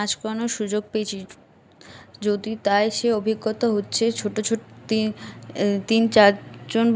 হ্যাঁ আমি নাচ করানোর সুযোগ পেয়েছি যদি তাই সেই অভিজ্ঞতা হচ্ছে ছোটো ছোটো তি তিন চারজন